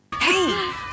Hey